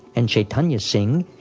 and chaitanya singh,